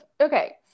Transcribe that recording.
okay